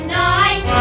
night